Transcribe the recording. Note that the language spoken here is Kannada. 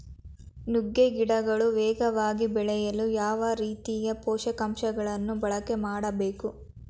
ನುಗ್ಗೆ ಗಿಡಗಳು ವೇಗವಾಗಿ ಬೆಳೆಯಲು ಯಾವ ರೀತಿಯ ಪೋಷಕಾಂಶಗಳನ್ನು ಬಳಕೆ ಮಾಡಬೇಕು?